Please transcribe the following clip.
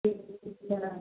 ठीक छै ठीक छलै